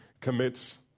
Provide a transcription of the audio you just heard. commits